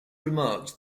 remarked